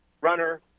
runner